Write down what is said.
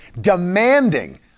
demanding